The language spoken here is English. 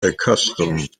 accustomed